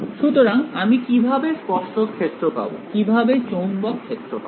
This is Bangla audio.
সুতরাং আমি কিভাবে স্পর্শক ক্ষেত্র পাব কিভাবে চৌম্বক ক্ষেত্র পাব